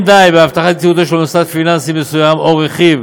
די בהבטחת יציבותו של מוסד פיננסי מסוים או של רכיב